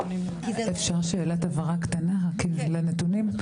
אפשר שאלת הבהרה קטנה על הנתונים?